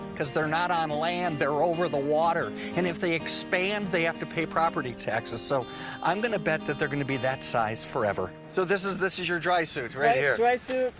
because they're not on land their over the water and if they expand they have to pay property taxes, so i'm gonna bet that their gonna be that size forever. so this is this is your dry suit right here? dry suit,